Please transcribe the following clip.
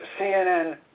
CNN